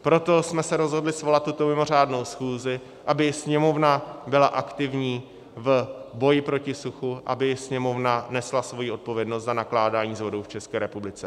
Proto jsme se rozhodli svolat tuto mimořádnou schůzi, aby Sněmovna byla aktivní v boji proti suchu, aby Sněmovna nesla svoji odpovědnost za nakládání s vodou v České republice.